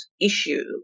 issue